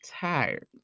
tired